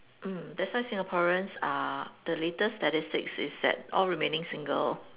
mm that's why Singaporeans are the latest statistics is that all remaining single